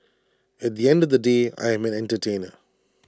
at the end of they day I am an entertainer